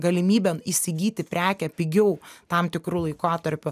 galimybę įsigyti prekę pigiau tam tikru laikotarpiu